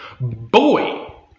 boy